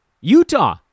Utah